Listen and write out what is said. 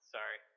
Sorry